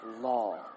law